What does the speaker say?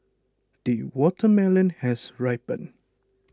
the watermelon has ripened